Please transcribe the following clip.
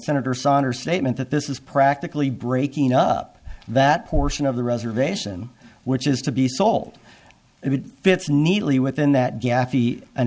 senator sonner statement that this is practically breaking up that portion of the reservation which is to be sold if it fits neatly within that